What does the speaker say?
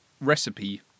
recipe